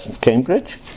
Cambridge